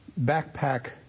Backpack